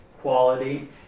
quality